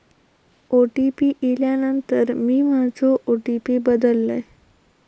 OTP इल्यानंतर मी माझो ओ.टी.पी बदललय